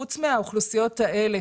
חוץ מהאוכלוסיות האלה